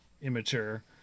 immature